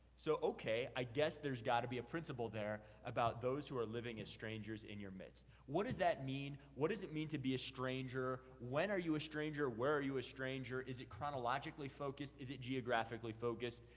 so, okay, i guess there's gotta be a principle there about those who are living as strangers in your midst. what does that mean? what does it mean to be a stranger? when are you a stranger? where are you a stranger? is it chronologically focused? is it geographically focused?